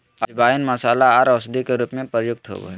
अजवाइन मसाला आर औषधि के रूप में प्रयुक्त होबय हइ